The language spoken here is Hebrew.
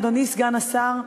אדוני סגן השר,